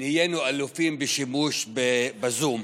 נהיינו אלופים בשימוש בזום,